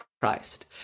Christ